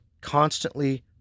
constantly